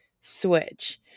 switch